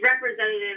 representative